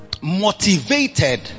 motivated